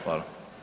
Hvala.